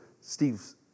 Steve's